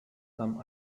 some